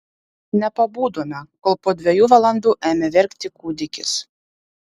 nepabudome kol po dviejų valandų ėmė verkti kūdikis